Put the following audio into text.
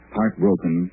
Heartbroken